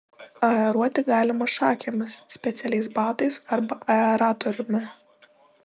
aeruoti galima šakėmis specialiais batais arba aeratoriumi